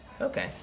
okay